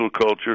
culture